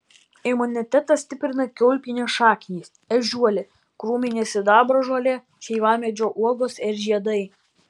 imunitetą stiprina kiaulpienės šaknys ežiuolė krūminė sidabražolė šeivamedžio uogos ir žiedai